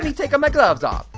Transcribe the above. take a my gloves off.